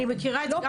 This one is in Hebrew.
אני מכירה את זה.